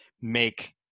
make